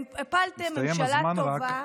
הפלתם ממשלה טובה,